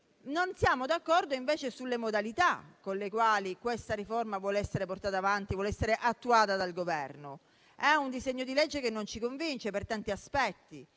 Non siamo d'accordo invece sulle modalità con le quali tale riforma vuole essere portata avanti e attuata dal Governo. È un disegno di legge che non ci convince per tanti aspetti,